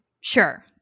Sure